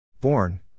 Born